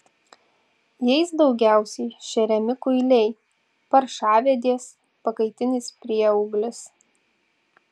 jais daugiausiai šeriami kuiliai paršavedės pakaitinis prieauglis